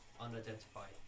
unidentified